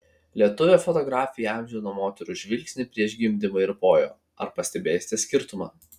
lietuvė fotografė įamžino moterų žvilgsnį prieš gimdymą ir po jo ar pastebėsite skirtumą